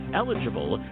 eligible